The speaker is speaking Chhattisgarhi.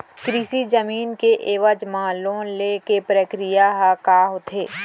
कृषि जमीन के एवज म लोन ले के प्रक्रिया ह का होथे?